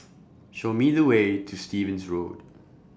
Show Me The Way to Stevens Road